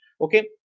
Okay